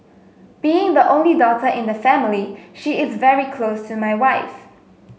being the only daughter in the family she is very close to my wife